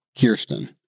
Kirsten